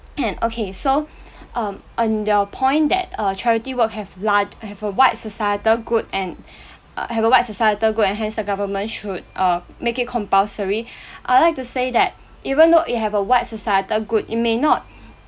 and okay so um on your point that uh charity work have large have a wide societal good and uh have a wide societal good and hence the government should uh make it compulsory I'd like to say that even though it have a wide societal good it may not